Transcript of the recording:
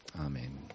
Amen